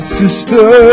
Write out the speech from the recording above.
sister